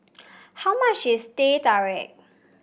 how much is Teh Tarik